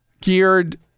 geared